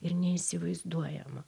ir neįsivaizduojama